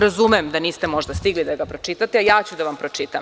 Razumem da niste možda stigli da ga pročitate, ja ću da vam pročitam.